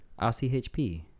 rchp